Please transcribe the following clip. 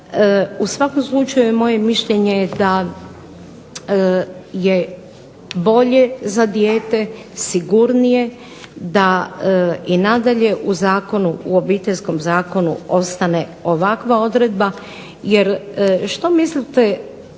U svakom slučaju moje mišljenje je da je bolje za dijete, sigurnije da i nadalje u zakonu, u Obiteljskom zakonu ostane ovakva odredba jer što mislite,